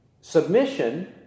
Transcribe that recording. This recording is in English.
submission